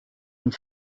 une